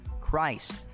Christ